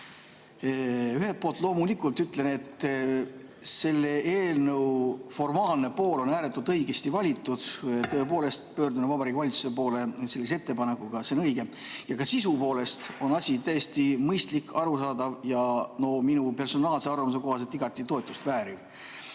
ettekandja! Loomulikult ütlen, et selle eelnõu formaalne pool on ääretult õigesti valitud. Tõepoolest, pöördumine Vabariigi Valitsuse poole sellise ettepanekuga on õige. Ka sisu poolest on asi täiesti mõistlik, arusaadav ja minu personaalse arvamuse kohaselt igati toetust vääriv. Aga